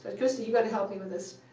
ah christy, you got to help me with this.